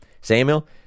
Samuel